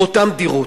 באותן דירות.